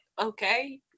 okay